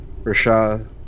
Rasha